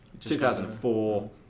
2004